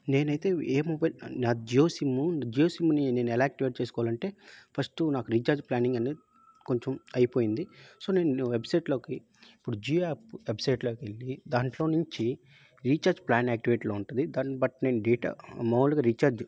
నేను అయితే ఏ మొబైల్ నా జియో సిమ్ము జియో సిమ్ని నేను ఎలా యాక్టివేట్ చేసుకోవాలంటే ఫస్ట్ నాకు రీఛార్జ్ ప్లానింగ్ అనేది కొంచెం అయిపోయింది సో నేను వెబ్సైట్లోకి ఇప్పుడు జియో యాప్ వెబ్సైట్లోకి వెళ్ళి దాంట్లో నుంచి రీఛార్జ్ ప్లాన్ యాక్టివేట్లో ఉంటుంది దాని బట్టి నేను డేటా మామూలుగా రీఛార్జ్